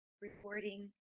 rewarding